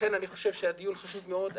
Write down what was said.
לכן אני חושב שהדיון חשוב מאוד.